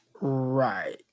Right